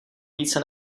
více